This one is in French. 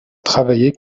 travaillé